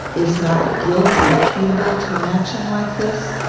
is not guilt imputable to an action like this?